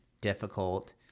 difficult